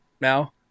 now